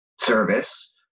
service